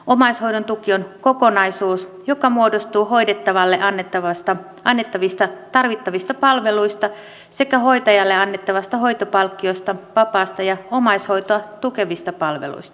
omaishoidon tuki on kokonaisuus joka muodostuu hoidettavalle annettavista tarvittavista palveluista sekä hoitajalle annettavasta hoitopalkkiosta vapaasta ja omaishoitoa tukevista palveluista